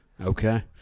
Okay